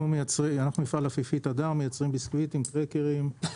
אנחנו מפעל אפיפית, מייצרים ביסקוויטים, קרקרים,